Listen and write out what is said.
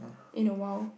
in a while